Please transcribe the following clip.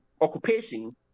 occupation